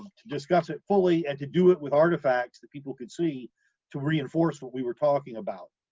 to discuss it fully, and to do it with artifacts that people could see to reinforce what we were talking about.